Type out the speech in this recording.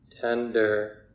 tender